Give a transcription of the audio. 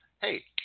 hey